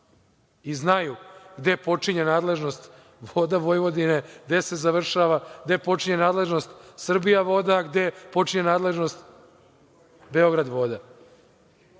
i znaju gde počinje nadležnost „Voda Vojvodine“, gde se završava, gde počinje nadležnost „Srbijavoda“, gde počinje nadležnost „Beogradvoda“.